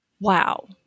Wow